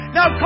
Now